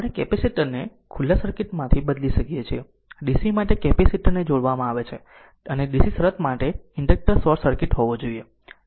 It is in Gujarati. આપણે કેપેસિટર ને ખુલ્લા સર્કિટ થી બદલીએ છીએ DC માટે કેપેસિટર માટે જોવામાં આવે છે અને DC શરત માટે ઇન્ડક્ટર શોર્ટ સર્કિટ હોવો જોઈએ